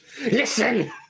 Listen